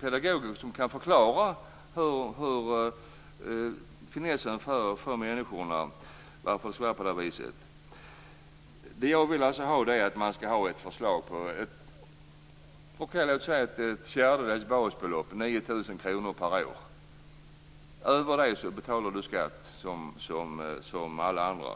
pedagoger som kan förklara för människor varför det skall vara på det här viset. Det jag vill ha är alltså ett förslag på säg ett fjärdedels basbelopp, 9 000 kr per år. Över det betalar man skatt som alla andra.